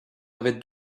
avez